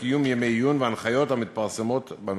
קיום ימי עיון והנחיות המתפרסמות בנושא.